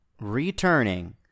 Returning